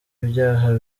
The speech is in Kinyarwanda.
ibyaha